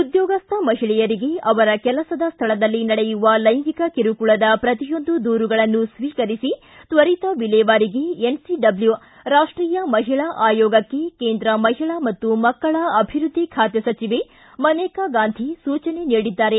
ಉದ್ಯೋಗಸ್ತ ಮಹಿಳೆಯರಿಗೆ ಅವರ ಕೆಲಸದ ಸ್ಥಳದಲ್ಲಿ ನಡೆಯುವ ಲೈಂಗಿಕ ಕಿರುಕುಳದ ಪ್ರತಿಯೊಂದು ದೂರುಗಳನ್ನು ಸ್ವೀಕರಿಸಿ ತ್ವರಿತ ವಿಲೇವಾರಿಗೆ ಎನ್ಸಿಡಬ್ಲೂ ರಾಷ್ಟೀಯ ಮಹಿಳಾ ಆಯೋಗಕ್ಷೆ ಕೇಂದ್ರ ಮಹಿಳಾ ಮತ್ತು ಮಕ್ಕಳ ಅಭಿವೃದ್ದಿ ಖಾತೆ ಸಚಿವೆ ಮನೇಕಾ ಗಾಂಧಿ ಸೂಚನೆ ನೀಡಿದ್ದಾರೆ